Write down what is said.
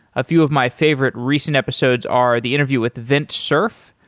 a few of my favorite recent episodes are the interview with vint cerf,